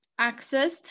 accessed